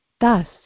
Thus